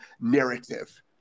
narrative